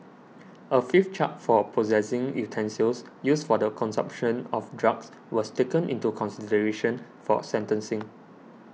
a fifth charge for possessing utensils used for the consumption of drugs was taken into consideration for sentencing